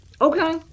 Okay